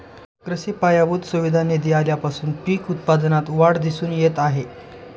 कृषी पायाभूत सुविधा निधी आल्यापासून पीक उत्पादनात वाढ दिसून येत आहे